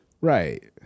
right